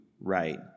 right